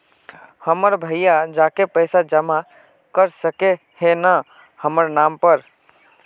हमर भैया जाके पैसा जमा कर सके है न हमर नाम पर?